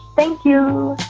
thank you